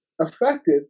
affected